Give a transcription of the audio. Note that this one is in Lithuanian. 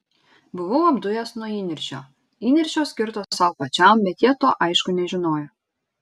buvau apdujęs nuo įniršio įniršio skirto sau pačiam bet jie to aišku nežinojo